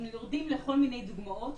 אנחנו יורדים לכל מיני דוגמאות,